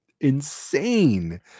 insane